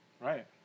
Right